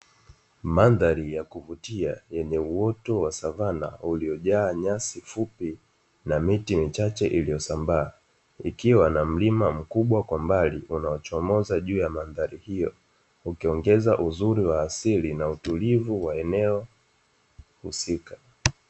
Mandhari ya kuvutia yenye uoto wa savana uliojaa nyasi fupi na miti michache iliyosambaa, ikiwa na mlima mkubwa kwa mbali unaochomoza juu ya mandhari hiyo. Ukiongeza uzuri wa asili na utulivu wa eneo husika.